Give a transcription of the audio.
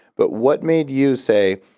but what made you say,